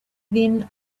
then